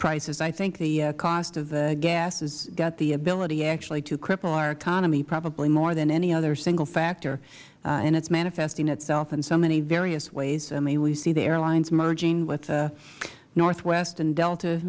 prices i think the cost of gas has got the ability actually to cripple our economy probably more than any other single factor and it is manifesting itself in so many various ways i mean we see the airlines merging with northwest and delta